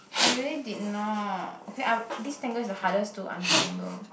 I really did not okay I this tangle is the hardest to untangle